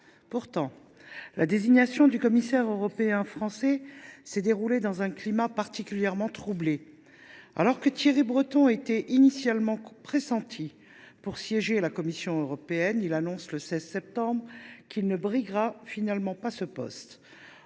Pourtant, la désignation du commissaire européen français s’est déroulée dans un climat particulièrement troublé. Alors que Thierry Breton était initialement pressenti pour siéger à la Commission européenne, il annonçait le 16 septembre dernier qu’il ne briguerait finalement pas ce poste.